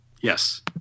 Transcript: Yes